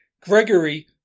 Gregory